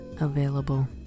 available